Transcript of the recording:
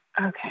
Okay